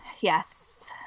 Yes